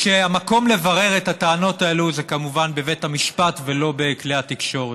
כשהמקום לברר את הטענות האלה הוא כמובן בבית משפט ולא בכלי התקשורת.